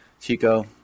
Chico